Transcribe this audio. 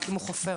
רק אם הוא חופר.